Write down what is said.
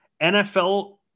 NFL